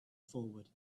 forward